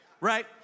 Right